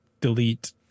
delete